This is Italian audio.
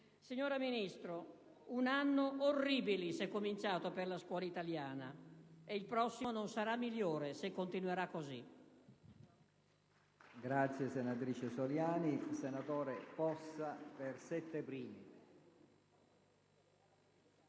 Signora Ministro, un *annus* *horribilis* è cominciato per la scuola italiana e il prossimo non sarà migliore, se continuerà così.